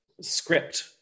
script